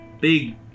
big